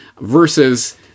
versus